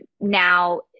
now